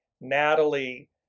Natalie